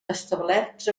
establerts